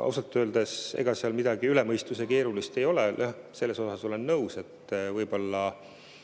Ausalt öeldes, seal midagi üle mõistuse keerulist ei ole. Sellega olen nõus, et võib-olla